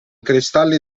cristalli